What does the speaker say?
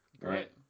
Right